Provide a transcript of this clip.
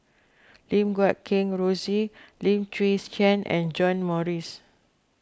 Lim Guat Kheng Rosie Lim Chwee's Chian and John Morrice